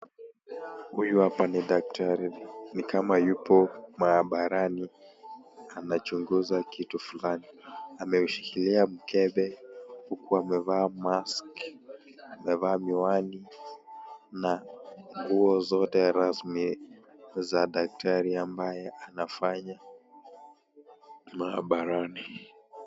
Huyu hapa ni daktari, ni kama yupo maabarani anachunguza kitu fulani, ameshikilia mkebe huku amevaa (cs)mask(cs) amevaa miwani na nguo zote rasmi za daktari ambaye anafanya maabarani.